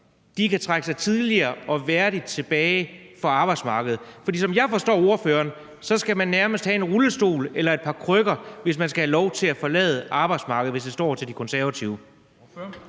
kan trække sig tidligere og værdigt tilbage fra arbejdsmarkedet? For som jeg forstår ordføreren, skal man nærmest have en rullestol eller et par krykker, hvis man skal have lov til at forlade arbejdsmarkedet – hvis det står til De Konservative.